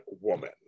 woman